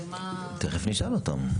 תכף נשאל אותם.